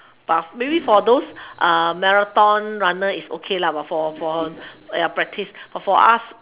but maybe for those uh marathon runner is okay but for for ya practice but for us